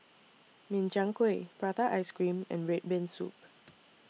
Min Chiang Kueh Prata Ice Cream and Red Bean Soup